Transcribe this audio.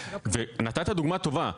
ונתת דוגמה טובה.